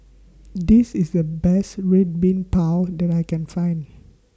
This IS The Best Red Bean Bao that I Can Find